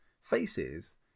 faces